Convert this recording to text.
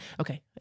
Okay